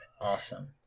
Awesome